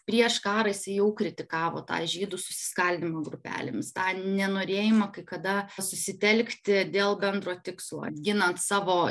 prieš karą jisai jau kritikavo tą žydų susiskaldymą grupelėmis tą nenorėjimą kai kada susitelkti dėl bendro tikslo ginant savo